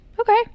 Okay